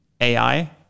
AI